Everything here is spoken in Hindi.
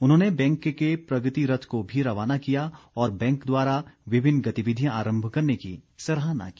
उन्होंने बैंक के प्रगति रथ को भी रवाना किया और बैंक द्वारा विभिन्न गतिविधियां आरंभ करने की सराहना की